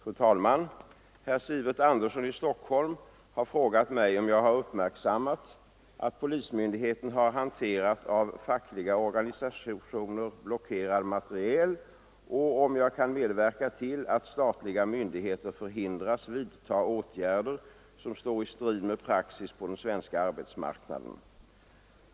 Fru talman! Herr Sivert Andersson i Stockholm har frågat mig om jag har uppmärksammat att polismyndigheten har hanterat av fackliga att respektera facklig stridsåtgärd organisationer blockerad materiel och om jag kan medverka till att statliga myndigheter förhindras vidta åtgärder som står i strid med praxis på den svenska arbetsmarknaden.